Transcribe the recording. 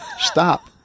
stop